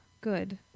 Good